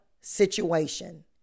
situation